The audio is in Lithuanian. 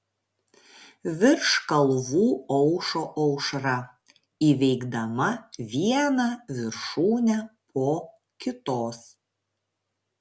virš kalvų aušo aušra įveikdama vieną viršūnę po kitos